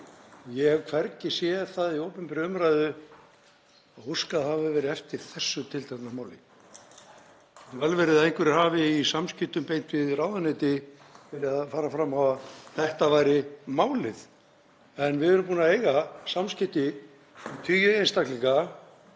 Ég hef hvergi séð það í opinberri umræðu að óskað hafi verið eftir þessu tiltekna máli. Það getur vel verið að einhverjir hafi í samskiptum beint við ráðuneyti verið að fara fram á að þetta væri málið en við erum búin að eiga samskipti við tugi einstaklinga